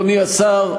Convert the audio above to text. אדוני השר,